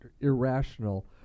irrational